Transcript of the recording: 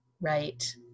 Right